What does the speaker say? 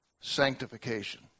sanctification